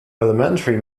elementary